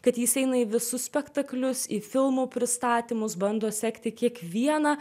kad jis eina į visus spektaklius į filmų pristatymus bando sekti kiekvieną